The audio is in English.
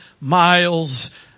miles